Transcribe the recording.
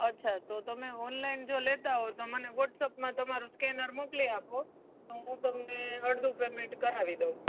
અચ્છા તો તમે ઓનલાઈન જો લેતા હો તો મને વોટ્સઅપમાં તમારું સ્કેનર મોકલી આપો તો હું તમને અડધું પેમેન્ટ કરાવી દઉં